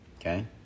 Okay